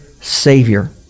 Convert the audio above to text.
Savior